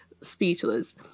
speechless